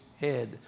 head